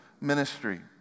ministry